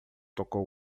tocou